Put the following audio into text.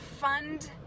fund